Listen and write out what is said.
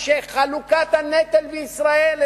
היא חלוקת הנטל בישראל.